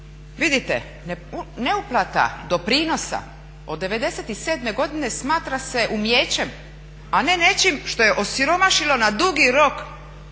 Vidite, neuplata doprinosa od '97. godine smatra se umijećem, a ne nečim što je osiromašilo na dugi rok